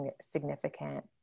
significant